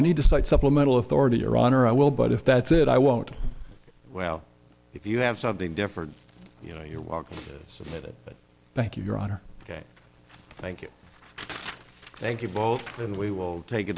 need to cite supplemental authority your honor i will but if that's it i won't well if you have something different you know you're walking is that thank you your honor ok thank you thank you both and we will take it